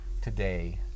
today